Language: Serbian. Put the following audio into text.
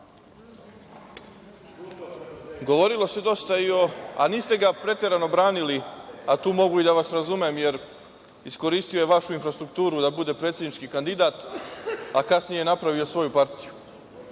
bivšeg režima. Niste ga preterano branili, ali tu mogu da vas razumem, jer iskoristio je vašu infrastrukturu da bude predsednički kandidat, a kasnije napravio svoju partiju.